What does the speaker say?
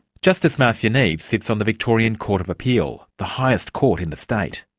justice marcia neave sits on the victorian court of appeal, the highest court in the state.